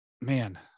man